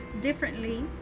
differently